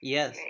Yes